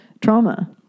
trauma